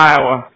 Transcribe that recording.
Iowa